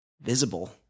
visible